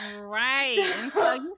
Right